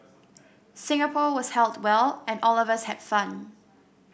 Singapore was held well and all of us had fun